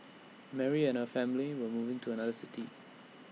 Mary and her family were moving to another city